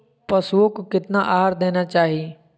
पशुओं को कितना आहार देना चाहि?